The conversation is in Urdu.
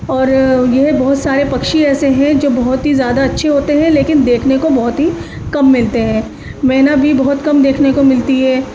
اور یہ بہت سارے پکشی ایسے ہیں جو بہت ہی زیادہ اچھے ہوتے ہیں لیکن دیکھنے کو بہت ہی کم ملتے ہیں مینا بھی بہت کم دیکھنے کو ملتی ہے